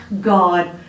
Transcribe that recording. God